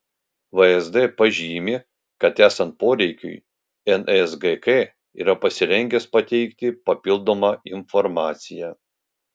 vsd pažymi kad esant poreikiui nsgk yra pasirengęs pateikti papildomą informaciją